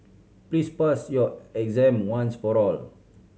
please pass your exam once for all